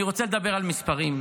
אני רוצה לדבר על מספרים: